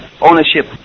ownership